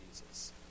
Jesus